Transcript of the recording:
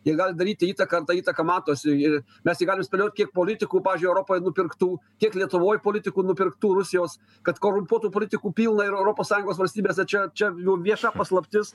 ji gali daryti įtaką ta įtaka matosi ir mes tik galim spėliot kiek politikų pavyzdžiui europoj nupirktų kiek lietuvoj politikų nupirktų rusijos kad korumpuotų politikų pilna ir europos sąjungos valstybėse čia čia jau vieša paslaptis